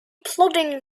plodding